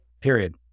period